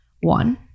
one